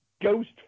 ghost